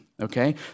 okay